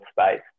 space